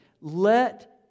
Let